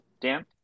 Dan